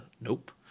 nope